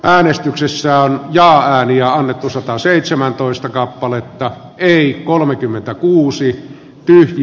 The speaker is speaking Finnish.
äänestyksessä on ja on jo annettu sataseitsemäntoista kappaletta eli kolmekymmentäkuusi y hvi